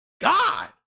God